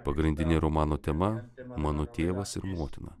pagrindinė romano tema mano tėvas ir motina